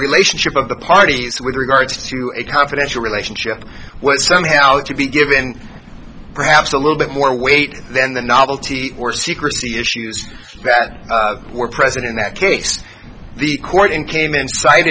relationship of the parties with regards to a confidential relationship was somehow to be given perhaps a little bit more weight than the novelty or secrecy issues that were present in that case the court in came in si